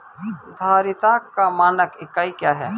धारिता का मानक इकाई क्या है?